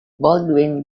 baldwin